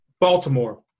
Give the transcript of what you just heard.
Baltimore